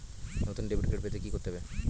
নতুন debit card পেতে কী করতে হবে?